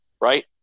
right